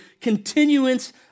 continuance